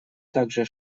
также